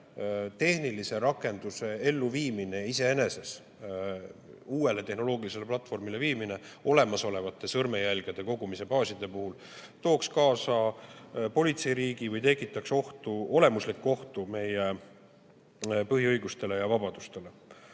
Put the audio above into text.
tehnilise rakenduse elluviimine iseenesest, st uuele tehnoloogilisele platvormile viimine olemasolevate sõrmejälgede kogumise baaside puhul tooks kaasa politseiriigi või tekitaks olemuslikku ohtu meie põhiõigustele ja vabadustele.